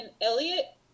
Elliot